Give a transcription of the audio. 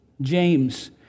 James